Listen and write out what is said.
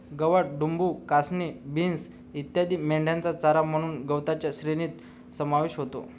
गवत, डूब, कासनी, बीन्स इत्यादी मेंढ्यांचा चारा म्हणून गवताच्या श्रेणीत समावेश होतो